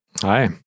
Hi